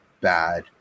bad